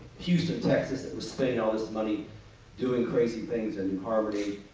houston, texas, that was spending all this money doing crazy things in new harmony.